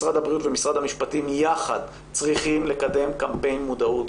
משרד הבריאות ומשרד המשפטים יחד צריכים לקדם קמפיין מודעות,